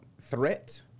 threat